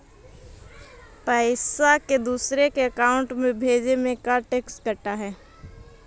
पैसा के दूसरे के अकाउंट में भेजें में का टैक्स कट है?